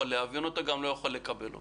להבין אותו וגם לא יכול לקבל אותו.